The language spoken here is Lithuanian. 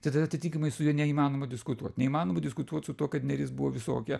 tai tada atitinkamai su juo neįmanoma diskutuot neįmanoma diskutuot su tuo kad neris buvo visokia